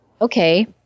okay